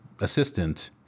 assistant